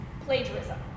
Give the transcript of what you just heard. plagiarism